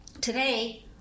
today